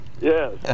Yes